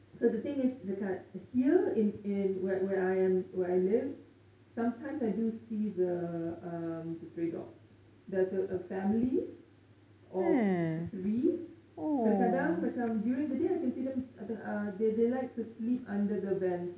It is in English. so the thing is dekat here in in where where I am where I live sometimes I do see the um the stray dogs there is a family of three kadang-kadang macam during the day I can see them they like to sleep under the vans